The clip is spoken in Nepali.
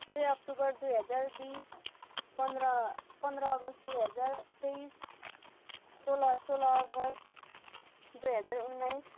दुई अक्टोबर दुई हजार बिस पन्ध्र पन्ध्र अगस्ट दुई हजार तेइस सोह्र सोह्र अगस्ट दुई हजार उन्नाइस